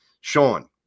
Sean